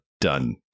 done